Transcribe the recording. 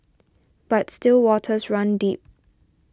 but still waters run deep